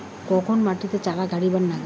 কখন মাটিত চারা গাড়িবা নাগে?